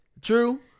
True